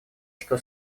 что